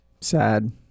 Sad